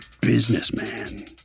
businessman